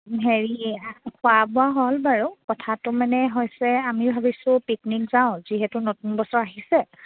হেৰি খোৱা বোৱা হ'ল বাৰু কথাটো মানে হৈছে আমি ভাবিছোঁ পিকনিক যাওঁ যিহেতু নতুন বছৰ আহিছে